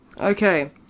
Okay